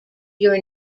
your